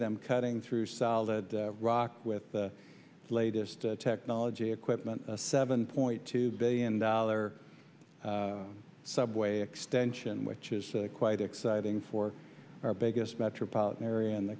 them cutting through solid rock with the latest technology equipment a seven point two billion dollar subway extension which is quite exciting for our biggest metropolitan area in the